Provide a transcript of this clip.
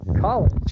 college